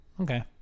Okay